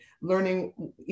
learning